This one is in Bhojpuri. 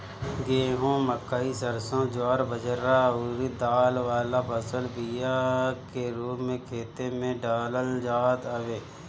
गेंहू, मकई, सरसों, ज्वार बजरा अउरी दाल वाला फसल बिया के रूप में खेते में डालल जात हवे